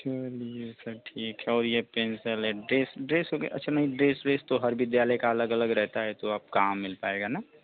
चलिए सर ठीक है और यह पेन्सल है ड्रेस ड्रेस वगैरह अच्छा नहीं ड्रेस ड्रेस तो हर विद्यालय का अलग अलग रहता है तो आप कहाँ मिल पाएगा ना